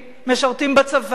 משרתים בצבא,